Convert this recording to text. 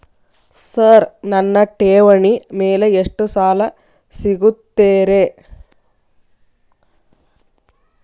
Sir ನನ್ನ ಠೇವಣಿ ಮೇಲೆ ಎಷ್ಟು ಸಾಲ ಸಿಗುತ್ತೆ ರೇ?